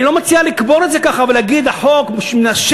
אני לא מציע לקבור את זה כך ולהגיד שהחוק מנשל,